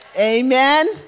Amen